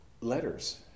letters